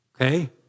Okay